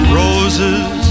roses